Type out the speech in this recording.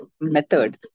method